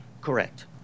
Correct